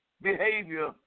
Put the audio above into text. behavior